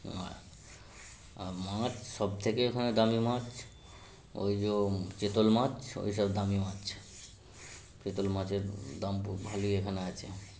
আর আর মাছ সবথেকে এখানে দামি মাছ ওই যো চিতল মাছ ওইসব দামি মাছ চিতল মাছের দাম বো ভালোই এখানে আছে